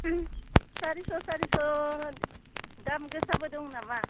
सारिस' सारिस' दाम गोसाबो दं नामा